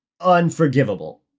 unforgivable